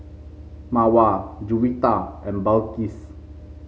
Mawar Juwita and Balqis